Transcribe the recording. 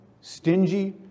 stingy